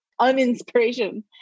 uninspiration